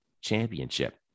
championship